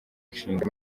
nshinga